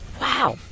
Wow